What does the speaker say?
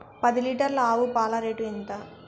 పది లీటర్ల ఆవు పాల రేటు ఎంత?